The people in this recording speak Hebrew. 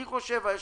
לדעתי,